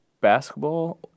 basketball